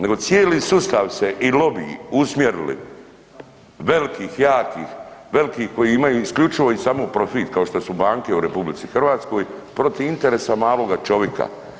Nego cijeli sustav se i lobiji usmjerili velikih, jakih, velikih koji imaju isključivo i samo profit kao što su banke u RH protiv interesa maloga čovika.